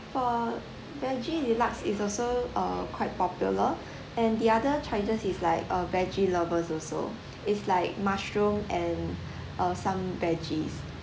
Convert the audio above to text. for veggie deluxe is also uh quite popular and the other choices is like uh veggie lovers also is like mushroom and uh some veggies